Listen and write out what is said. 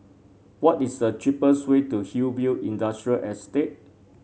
what is the cheapest way to Hillview Industrial Estate